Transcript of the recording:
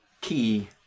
key